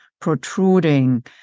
protruding